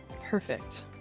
perfect